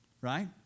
right